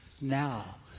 now